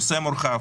הנושא מורכב